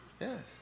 Yes